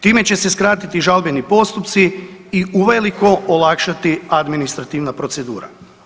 Time će se skratiti žalbeni postupci i uveliko olakšati administrativna procedura.